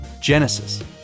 Genesis